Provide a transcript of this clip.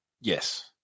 Yes